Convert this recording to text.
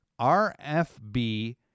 RFB